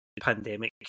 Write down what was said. pandemic